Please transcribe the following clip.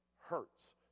hurts